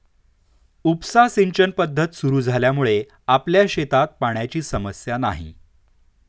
उपसा सिंचन पद्धत सुरु झाल्यामुळे आपल्या शेतात पाण्याची समस्या नाही